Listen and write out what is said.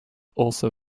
also